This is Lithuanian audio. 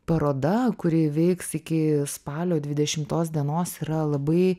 paroda kuri veiks iki spalio dvidešimtos dienos yra labai